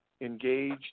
engaged